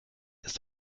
ist